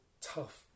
tough